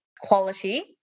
quality